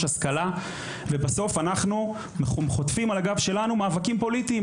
השכלה ובסוף אנחנו חוטפים על הגב שלנו מאבקים פוליטיים,